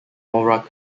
nora